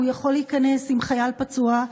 הוא יכול להיכנס עם חייל פצוע,